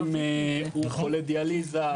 אם הוא חולה דיאליזה,